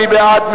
מי בעד?